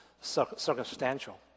circumstantial